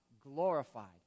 Glorified